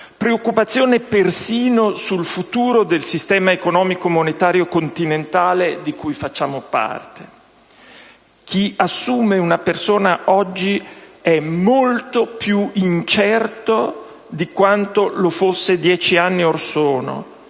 preoccupazione persino sul futuro del sistema economico‑monetario continentale di cui facciamo parte. Chi assume una persona oggi è molto più incerto di quanto lo fosse dieci anni or sono